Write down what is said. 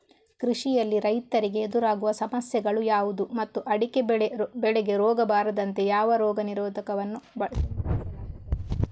ಕೃಷಿಯಲ್ಲಿ ರೈತರಿಗೆ ಎದುರಾಗುವ ಸಮಸ್ಯೆಗಳು ಯಾವುದು ಮತ್ತು ಅಡಿಕೆ ಬೆಳೆಗೆ ರೋಗ ಬಾರದಂತೆ ಯಾವ ರೋಗ ನಿರೋಧಕ ವನ್ನು ಸಿಂಪಡಿಸಲಾಗುತ್ತದೆ?